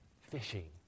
fishing